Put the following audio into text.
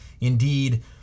Indeed